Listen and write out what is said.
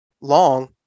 long